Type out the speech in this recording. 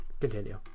Continue